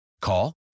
Call